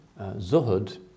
zuhud